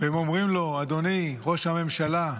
הם אומרים לו: אדוני ראש הממשלה,